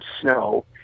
snow